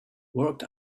worked